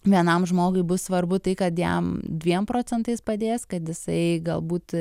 vienam žmogui bus svarbu tai kad jam dviem procentais padės kad jisai galbūt